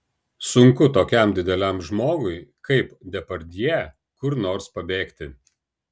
sunku tokiam dideliam žmogui kaip depardjė kur nors pabėgti